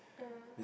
yeah